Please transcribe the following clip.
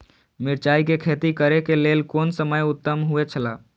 मिरचाई के खेती करे के लेल कोन समय उत्तम हुए छला?